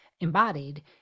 embodied